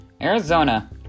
Arizona